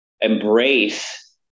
embrace